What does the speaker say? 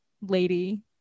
lady